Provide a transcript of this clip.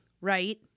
right